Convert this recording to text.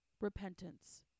repentance